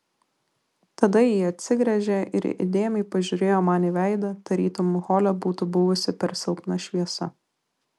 tada ji atsigręžė ir įdėmiai pažiūrėjo man į veidą tarytum hole būtų buvusi per silpna šviesa